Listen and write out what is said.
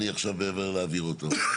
אני עכשיו מעבר להעביר אותו.